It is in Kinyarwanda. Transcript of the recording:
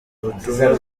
ubutumwa